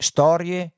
Storie